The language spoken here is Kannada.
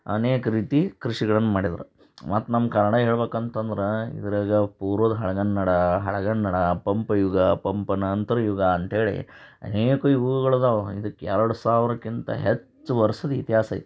ಅನೇಕ ರೀತಿ ಕೃಷಿಗಳ್ನ ಮಾಡಿದಾರೆ ಮತ್ತು ನಮ್ಮ ಕನ್ನಡ ಹೇಳ್ಬೇಕಂತಂದ್ರೆ ಇದ್ರಾಗೆ ಪೂರ್ವದ ಹಳೆಗನ್ನಡ ಹಳೆಗನ್ನಡ ಪಂಪಯುಗ ಪಂಪ ನಂತರ ಯುಗ ಅಂತೇಳಿ ಅನೇಕ ಯುಗಗಳು ಇದಾವೆ ಇದಕ್ಕೆ ಎರಡು ಸಾವಿರಕ್ಕಿಂತ ಹೆಚ್ಚು ವರ್ಷದ ಇತಿಹಾಸ ಐತಿ